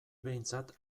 behintzat